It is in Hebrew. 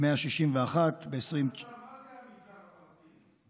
161, מה זה המגזר הפלסטיני?